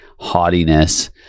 haughtiness